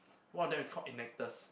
one of them is called Enactus